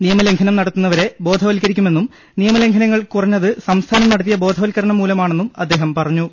നിയമലംഘനം നടത്തുന്നവരെ ബോധവൽക്കരിക്കുമെന്നും നിയമലംഘനങ്ങൾ കുറഞ്ഞത് സംസ്ഥാനം നടത്തിയ ബോധവത്കരണം മൂലമാണെന്നും അദ്ദേഹം പറഞ്ഞു